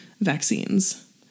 vaccines